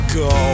go